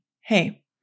Hey